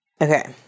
Okay